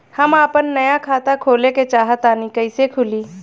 हम आपन नया खाता खोले के चाह तानि कइसे खुलि?